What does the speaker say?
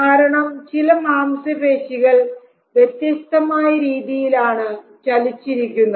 കാരണം ചില മാംസപേശികൾ വ്യത്യസ്തമായ രീതിയിലാണ് ചലിച്ചിരിക്കുന്നത്